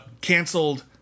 canceled